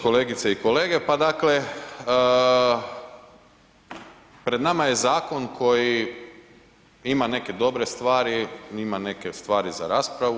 Kolegice i kolege, pa dakle pred nama je Zakon koji ima neke dobre stvari, ima neke stvari za raspravu.